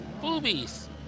boobies